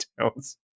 towns